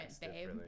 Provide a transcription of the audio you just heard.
babe